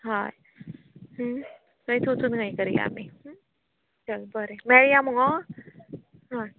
हय हं थंयच वचून हें करया आमी हं चल बरें मेळया मुगो हय